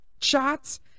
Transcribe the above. shots